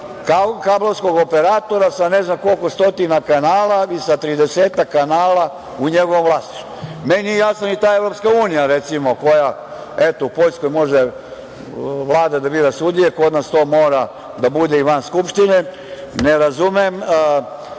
kablovskog operatora sa ne znam koliko stotina kanala ili sa tridesetak kanala u njegovom vlasništvu. Meni nije jasno ni ta Evropska unija koja eto, u Poljskoj može Vlada da bira sudije, kod nas to mora da bude i van Skupštine. Ne razumem